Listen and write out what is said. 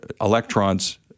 electrons